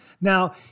Now